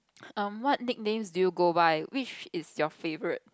um what nicknames do you go by which is your favorite